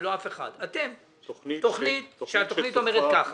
ולא אף אחד, אתם, תוכנית שאומרת ככה: